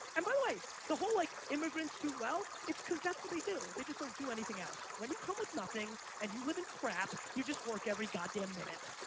and by the way, the whole like immigrants do well. it's cause that's what they do. they just don't do anything else. when you come with nothing and you live in crap, you just work every god damn minute